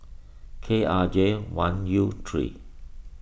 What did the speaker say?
K R J one U three